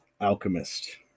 Alchemist